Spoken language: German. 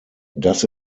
das